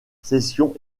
cessions